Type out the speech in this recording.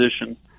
position